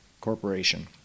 Corporation